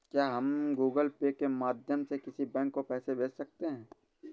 क्या हम Google pay के माध्यम से किसी बैंक को पैसे भेज सकते हैं?